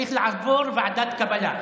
צריך לעבור ועדת קבלה.